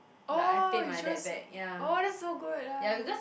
oh you choose oh that's so good ya